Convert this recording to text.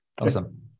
Awesome